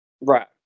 right